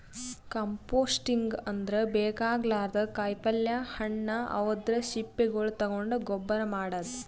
composting ಅಂದ್ರ ಬೇಕಾಗಲಾರ್ದ್ ಕಾಯಿಪಲ್ಯ ಹಣ್ಣ್ ಅವದ್ರ್ ಸಿಪ್ಪಿಗೊಳ್ ತಗೊಂಡ್ ಗೊಬ್ಬರ್ ಮಾಡದ್